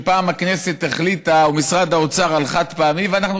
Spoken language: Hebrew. שפעם הכנסת ומשרד האוצר החליטו על חד-פעמי ואנחנו